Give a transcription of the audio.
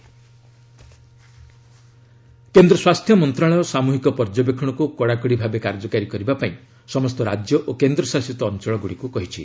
corona health ministry କେନ୍ଦ୍ର ସ୍ୱାସ୍ଥ୍ୟ ମନ୍ତ୍ରଣାଳୟ ସାମୁହିକ ପର୍ଯ୍ୟବେକ୍ଷଣକୁ କଡ଼ାକଡ଼ି ଭାବେ କାର୍ଯ୍ୟକାରୀ କରିବା ପାଇଁ ସମସ୍ତ ରାଜ୍ୟ ଓ କେନ୍ଦ୍ର ଶାସିତ ଅଞ୍ଚଳଗୁଡ଼ିକୁ କହିଛି